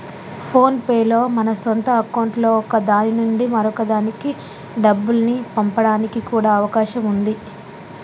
phone pay లో మన సొంత అకౌంట్లలో ఒక దాని నుంచి మరొక దానికి డబ్బుల్ని పంపడానికి కూడా అవకాశం ఉన్నాది